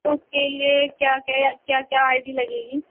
تو اس کے لیے کیا کیا کیا کیا آئی ڈی لگے گی